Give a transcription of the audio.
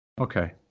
Okay